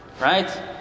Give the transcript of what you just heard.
Right